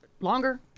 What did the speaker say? longer